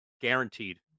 Guaranteed